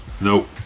Nope